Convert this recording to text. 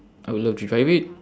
I would love to drive it